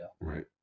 Right